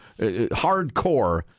hardcore